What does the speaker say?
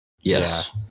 Yes